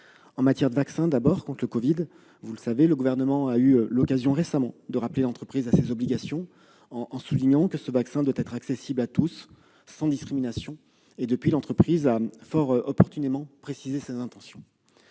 En matière de vaccins contre le Covid-19, le Gouvernement a récemment rappelé l'entreprise à ses obligations, en soulignant que ce vaccin devait être accessible à tous sans discrimination. Depuis, l'entreprise a fort opportunément précisé ses intentions.